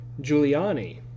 Giuliani